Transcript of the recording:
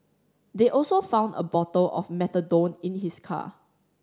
they also found a bottle of methadone in his car